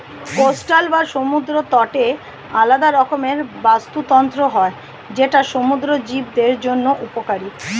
coastal বা সমুদ্র তটের আলাদা রকমের বাস্তুতন্ত্র হয় যেটা সমুদ্র জীবদের জন্য উপকারী